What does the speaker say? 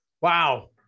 Wow